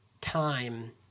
time